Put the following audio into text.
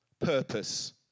purpose